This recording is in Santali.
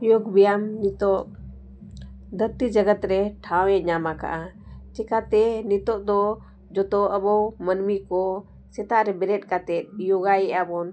ᱭᱳᱜᱽ ᱵᱮᱭᱟᱢ ᱱᱤᱛᱚᱜ ᱫᱷᱟᱹᱨᱛᱤ ᱡᱟᱜᱟᱛ ᱨᱮ ᱴᱷᱟᱶ ᱮ ᱧᱟᱢ ᱟᱠᱟᱫᱼᱟ ᱪᱮᱠᱟᱛᱮ ᱱᱤᱛᱚᱜ ᱫᱚ ᱡᱚᱛᱚ ᱟᱵᱚ ᱢᱟᱹᱱᱢᱤ ᱠᱚ ᱥᱮᱛᱟᱜ ᱨᱮ ᱵᱮᱨᱮᱫ ᱠᱟᱛᱮᱜ ᱭᱳᱜᱟᱭᱮᱜᱼᱟ ᱵᱚᱱ